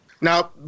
Now